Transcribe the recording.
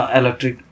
electric